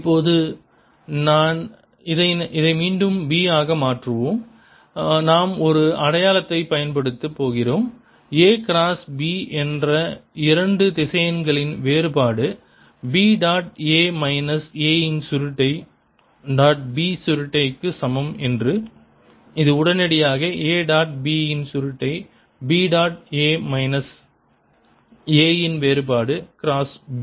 இப்போது இதை மீண்டும் B ஆக மாற்றுவோம் நாம் ஒரு அடையாளத்தைப் பயன்படுத்தப் போகிறோம் A கிராஸ் B என்ற இரண்டு திசையன்களின் வேறுபாடு B dot A minus A இன் சுருட்டை டாட் B சுருட்டைக்கு சமம் என்று இது உடனடியாக A டாட் B இன் சுருட்டை இது B dot A minus A இன் வேறுபாடு கிராஸ் B